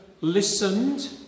listened